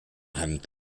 hand